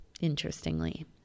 interestingly